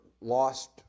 lost